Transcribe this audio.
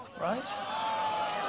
right